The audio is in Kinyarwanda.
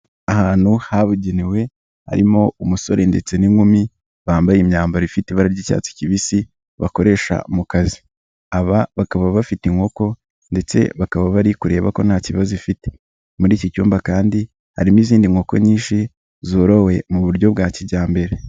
Ahantu habugenewe, harimo umusore ndetse n'inkumi, bambaye imyambaro ifite ibara ry'icyatsi kibisi bakoresha mu kazi, aba bakaba bafite inkoko ndetse bakaba bari kureba ko nta kibazo ifite, muri iki cyumba kandi harimo izindi nkoko nyinshi, zorowe mu buryo bwa kijyambere.